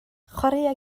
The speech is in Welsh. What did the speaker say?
chwaraea